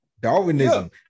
darwinism